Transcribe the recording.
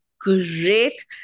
great